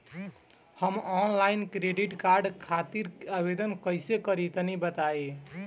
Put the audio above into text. हम online credit card खातिर आवेदन कइसे करि तनि बताई?